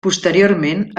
posteriorment